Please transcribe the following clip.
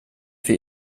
für